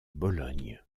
bologne